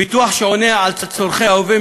פיתוח שעונה על צורכי ההווה,